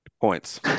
Points